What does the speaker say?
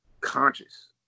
conscious